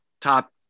top